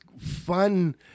fun